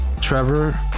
Trevor